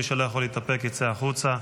מי שלא יכול להתאפק יצא החוצה.